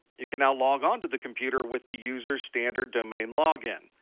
you can now log onto the computer with the user's standard domain login.